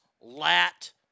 lat